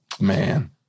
Man